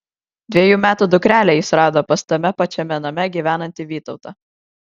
dvejų metų dukrelę jis rado pas tame pačiame name gyvenantį vytautą